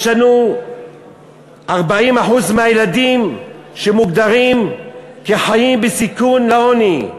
יש לנו 40% מהילדים שמוגדרים כחיים בסיכון לעוני,